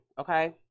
okay